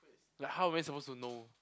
like how am I supposed to know